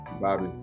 Bobby